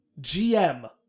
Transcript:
GM